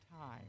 time